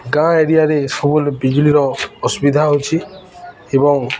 ଗାଁ ଏରିଆରେ ସବୁବେଳେ ବିଜୁଳିର ଅସୁବିଧା ହେଉଛି ଏବଂ